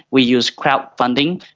we used crowd-funding,